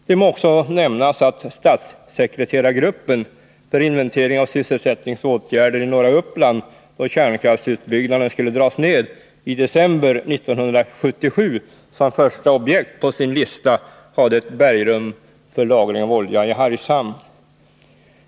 Det må också nämnas att statssekreterargruppen för inventering av sysselsättningsåtgärder i norra Uppland då kärnkraftsutbyggnaden skulle dras ned i december 1977 som första objekt på sin lista hade ett bergrum för lagring av olja i Hargshamn.